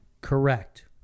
Correct